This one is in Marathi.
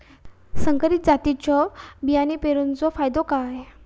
संकरित जातींच्यो बियाणी पेरूचो फायदो काय?